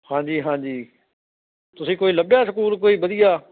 ਹਾਂਜੀ ਹਾਂਜੀ ਤੁਸੀਂ ਕੋਈ ਲੱਭਿਆ ਸਕੂਲ ਕੋਈ ਵਧੀਆ